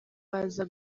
baza